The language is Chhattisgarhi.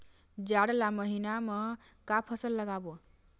जाड़ ला महीना म का फसल लगाबो?